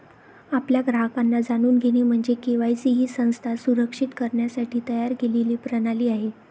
आपल्या ग्राहकांना जाणून घेणे म्हणजे के.वाय.सी ही संस्था सुरक्षित करण्यासाठी तयार केलेली प्रणाली आहे